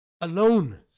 Alone